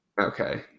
Okay